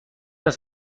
است